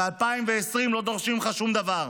ב-2020 לא דורשים ממך שום דבר,